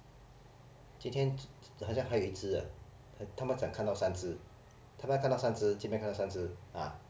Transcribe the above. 今天还像还有一只啊他们讲看到三只他看到三只前面看到三只 ah